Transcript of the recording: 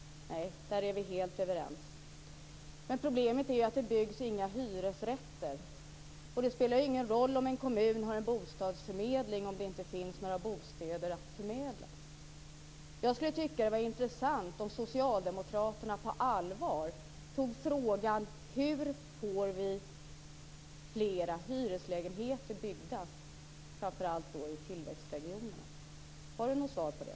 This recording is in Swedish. Där är vi helt överens. Men problemet är att det inte byggs några hyresrätter. Det spelar ingen roll om en kommun har en bostadsförmedling om det inte finns några bostäder att förmedla. Jag skulle tycka att det var intressant om socialdemokraterna på allvar tog upp frågan om hur vi får fler hyreslägenheter byggda i framför allt tillväxtregionerna. Har Leif Jakobsson något svar på det?